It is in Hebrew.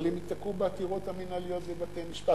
אבל הם ייתקעו בעתירות המינהליות בבתי-משפט.